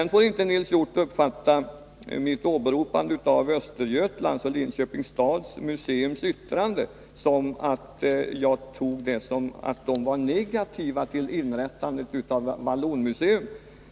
Nils Hjorth får inte uppfatta mitt åberopande av Östergötlands och Linköpings stads museums yttrande som att jag menade att man där var negativ till inrättandet av ett vallonmuseum.